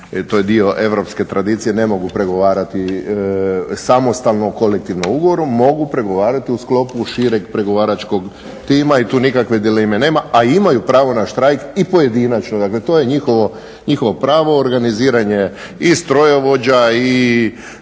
to je dio europske tradicije, ne mogu pregovarati samostalno u kolektivnom ugovoru. Mogu pregovarati u sklopu šireg pregovaračkog tipa i tu nikakve dileme nema, a imaju pravo na štrajk i pojedinačno. Dakle to je njihovo pravo, organiziranje i strojovođa i